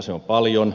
se on paljon